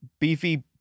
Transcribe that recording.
beefy